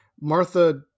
Martha